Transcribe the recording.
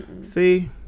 See